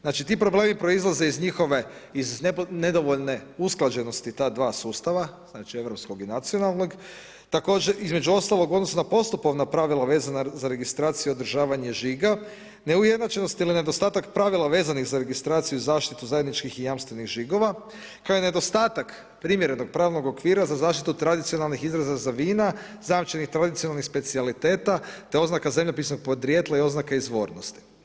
Znači, ti problemi proizlaze iz njihove nedovoljne usklađenosti ta dva sustava znači europskog i nacionalnog, također između ostalog u odnosu na postupovna pravila vezana za registraciju i održavanje žiga, neujednačenosti i nedostatak pravila vezanih za registraciju i zaštitu zajedničkih i jamstvenih žigova kao i nedostatak primjerenog pravnog okvira za zaštitu od tradicionalnih izraza za vina, zajamčenih tradicionalnih specijaliteta te oznaka zemljopisnog podrijetla i oznake izvornosti.